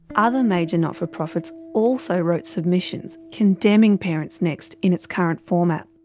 other major not-for-profits also wrote submissions condemning parents next in its current format.